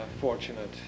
fortunate